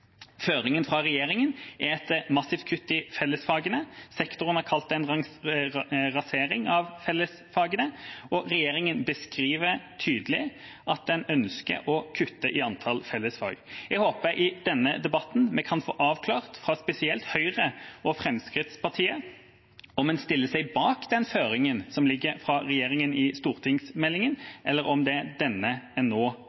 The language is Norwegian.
Føringen fra regjeringa er et massivt kutt i fellesfagene. Sektoren har kalt det en rasering av fellesfagene, og regjeringa beskriver tydelig at den ønsker å kutte i antall fellesfag. Jeg håper at vi i denne debatten kan få avklart, fra spesielt Høyre og Fremskrittspartiet, om en stiller seg bak den føringen som ligger fra regjeringa i stortingsmeldinga, eller om det er denne en nå